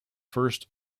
first